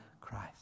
Christ